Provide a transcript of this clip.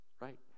right